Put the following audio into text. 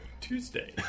Tuesday